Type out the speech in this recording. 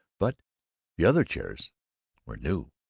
but the other chairs were new,